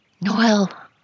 Noel